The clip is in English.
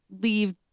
leave